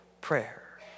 prayer